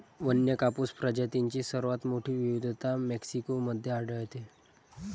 वन्य कापूस प्रजातींची सर्वात मोठी विविधता मेक्सिको मध्ये आढळते